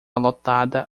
lotada